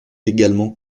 également